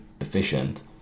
efficient